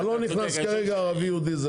אני לא נכנס כרגע לערבי או יהודי,